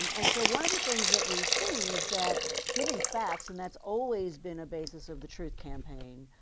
um and so one of the things that we've seen is that giving facts, and that's always been a basis of the truth campaign,